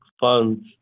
funds